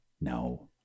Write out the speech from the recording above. No